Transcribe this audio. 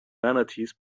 manatees